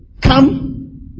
Come